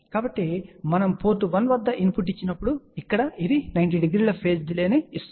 కాబట్టి మనము పోర్ట్ 1 వద్ద ఇన్పుట్ ఇచ్చినప్పుడు ఇక్కడ ఇది 90 డిగ్రీల ఫేజ్ డిలే ను ఇస్తుంది